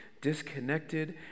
disconnected